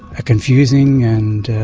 a confusing and